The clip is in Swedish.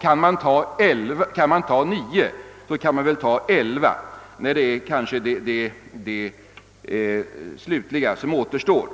Kan man inrätta nio tjänster, så kan man väl även inrätta elva, när det rör sig om den slutliga utbyggnaden.